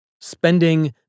spending